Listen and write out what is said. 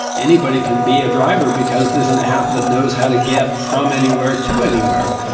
anybody can be a driver because there's an app that knows how to get from anywhere to anywhere.